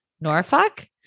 norfolk